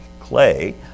clay